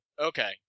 Okay